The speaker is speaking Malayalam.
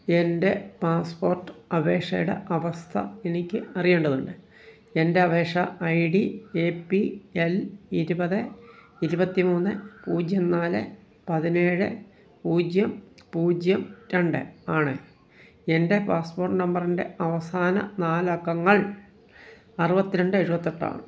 എന്റെ പാസ്പോര്ട്ട് അപേക്ഷയുടെ അവസ്ഥ എനിക്ക് അറിയേണ്ടതുണ്ട് എന്റെ അപേക്ഷ I D A P L ഇരുപത് ഇരുപത്തി മൂന്ന് പൂജ്യം നാല് പതിനേഴ് പൂജ്യം പൂജ്യം രണ്ട് ആണ് എന്റെ പാസ്പോര്ട്ട് നമ്പറിന്റെ അവസാന നാലക്കങ്ങള് അറുപത്തി രണ്ട് എഴുപത്തി എട്ട് ആണ്